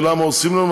ולמה עושים לנו,